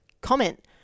comment